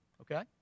Okay